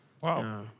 Wow